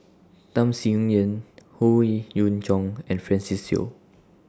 Tham Sien Yen Howe Yoon Chong and Francis Seow